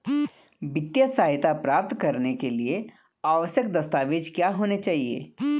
वित्तीय सहायता प्राप्त करने के लिए आवश्यक दस्तावेज क्या क्या होनी चाहिए?